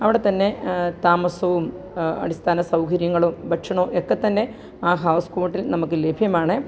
അവിടെ തന്നെ താമസവും അടിസ്ഥാന സൗകര്യങ്ങളും ഭക്ഷണവും ഒക്കെ തന്നെ ആ ഹൗസ് ബോട്ടിൽ നമുക്കു ലഭ്യമാണ്